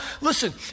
listen